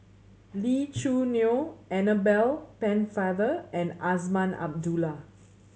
Lee Choo Neo Annabel Pennefather and Azman Abdullah